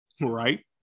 Right